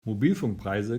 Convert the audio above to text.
mobilfunkpreise